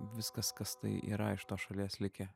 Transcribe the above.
viskas kas tai yra iš tos šalies likę